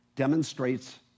demonstrates